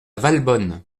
valbonne